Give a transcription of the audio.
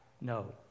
no